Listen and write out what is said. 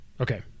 Okay